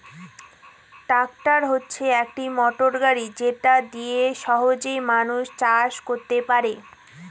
tractor হচ্ছে একটি motor গাড়ি যেটা দিয়ে সহজে মানুষ চাষ করতে পারে